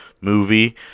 movie